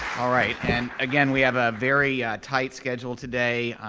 all right, and again, we have a very tight schedule today.